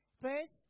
First